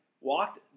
walked